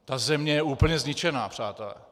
Ta země je úplně zničená, přátelé.